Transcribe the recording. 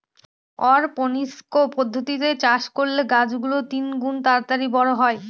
অরপনিক্স পদ্ধতিতে চাষ করলে গাছ গুলো তিনগুন তাড়াতাড়ি বড়ো হয়